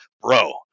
bro